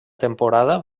temporada